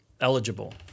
eligible